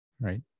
right